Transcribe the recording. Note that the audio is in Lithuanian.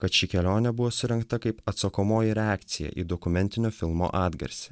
kad ši kelionė buvo surengta kaip atsakomoji reakcija į dokumentinio filmo atgarsį